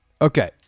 Okay